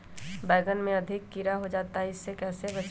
बैंगन में अधिक कीड़ा हो जाता हैं इससे कैसे बचे?